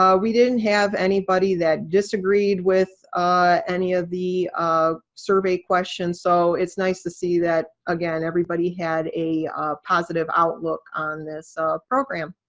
ah we didn't have anybody that disagreed with any of the um survey questions, so it's nice to see that again, everybody had a positive outlook on program.